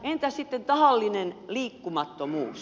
entäs sitten tahallinen liikkumattomuus